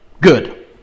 good